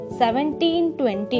1720